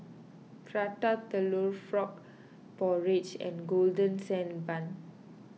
Prata Telur Frog Porridge and Golden Sand Bun